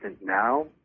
now